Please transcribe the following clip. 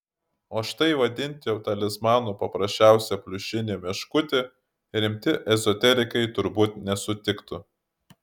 o štai vadinti talismanu paprasčiausią pliušinį meškutį rimti ezoterikai turbūt nesutiktų